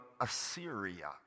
Assyria